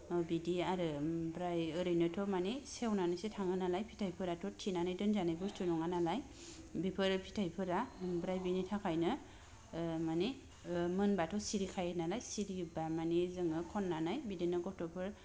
ओ बिदि आरो ओमफ्राय ओरैनोथ' माने सेवनानैसो थाङो नालाय फिथायफोराथ' थिनानै दोनजानाय बुस्तु नङा नालाय बेफोरो फिथायफोरा ओमफ्राय बिनि थाखायनो ओ माने ओ मोनबाथ' सिरिखायो नालाय सिरियोबा माने जोङो खन्नानै बिदिनो गथ'फोर